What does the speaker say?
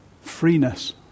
freeness